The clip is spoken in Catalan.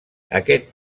aquest